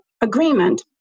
agreement